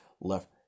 left